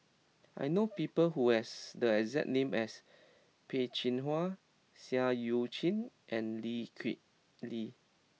I know people who have the exact name as Peh Chin Hua Seah Eu Chin and Lee Kip Lee